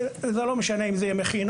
זה לא משנה אם אלה יהיו מכינות.